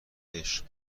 عشق